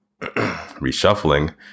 reshuffling